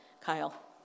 Kyle